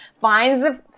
finds